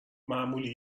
معمولی